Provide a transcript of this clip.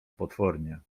potwornie